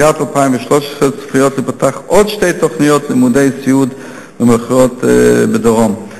לקראת 2013 צפויות להיפתח עוד שתי תוכניות ללימודי סיעוד במכללות בדרום.